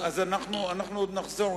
אנחנו עוד נחזור,